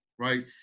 right